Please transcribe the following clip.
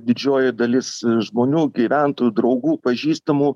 didžioji dalis žmonių gyventojų draugų pažįstamų